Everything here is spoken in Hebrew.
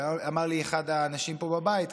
אבל היום אמר לי אחד האנשים פה בבית,